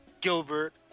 Gilbert